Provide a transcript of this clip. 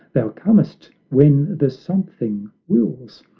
thou comest when the something wills,